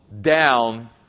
down